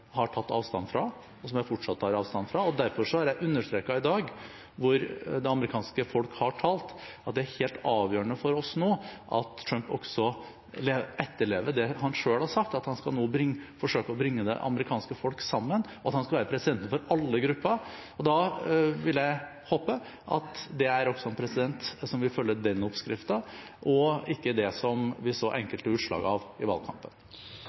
har tatt avstand fra, og som jeg fortsatt tar avstand fra. Derfor har jeg understreket i dag, da det amerikanske folk har talt, at det nå er helt avgjørende for oss at Trump også etterlever det han selv har sagt – at han nå skal forsøke å bringe det amerikanske folk sammen, og at han skal være president for alle grupper. Da vil jeg håpe at dette også er en president som vil følge den oppskriften, og ikke det vi så enkelte utslag av i valgkampen.